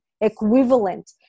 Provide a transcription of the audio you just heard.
equivalent